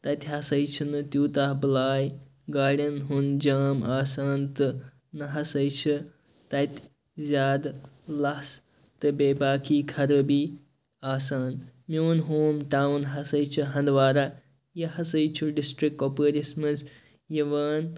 تَتہِ ہَسا چھُ نہٕ تیوٗتاہ بَلاے گاڑیٚن ہُنٛد جام آسان تہٕ نہَ ہَسا چھُ تَتہِ زیادٕ لَژھ تہٕ بیٚیہِ باقٕے خَرٲبی آسان میون ہوم ٹاوُن ہَسا چھُ ہَنٛدوارا یہِ ہَسا چھُ ڈِسٹرک کوپوٲرِس مَنٛز یِوان